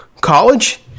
college